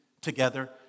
together